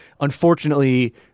unfortunately